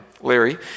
Larry